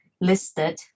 listed